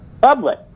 public